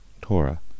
Torah